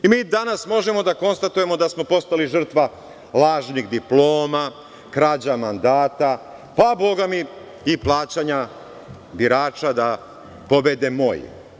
Mi danas možemo da konstatujemo da smo postali žrtva lažnih diploma, krađa mandata, pa bogami, i plaćanja birača da pobede moji.